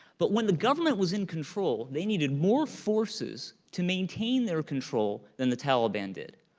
but when the government was in control, they needed more forces to maintain their control than the taliban did,